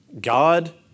God